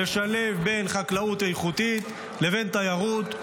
לשלב בין חקלאות איכותית לבין תיירות,